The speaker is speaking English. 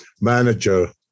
manager